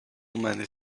many